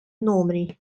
numri